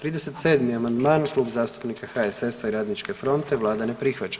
37. amandman Klub zastupnika HSS-a i Radničke fronte, Vlada ne prihvaća.